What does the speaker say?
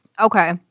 Okay